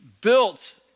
built